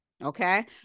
Okay